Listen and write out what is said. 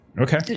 Okay